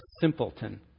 simpleton